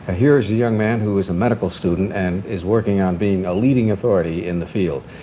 ah here is a young man who is a medical student and is working on being a leading authority in the field.